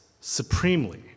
supremely